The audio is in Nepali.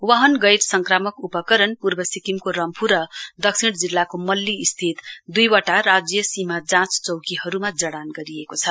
वाहन गैरसंक्रामक उपकरण पूर्व सिक्किमको रम्फू र दक्षिण जिल्लाको मल्ली स्थित दुईवटा राज्य सीमा जाँच चौकीहरूमा जडान गरिएको छ